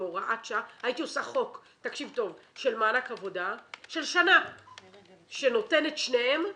הייתי עושה חוק של מענק עבודה של שנה שנותן את שניהם,